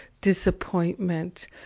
disappointment